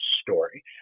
story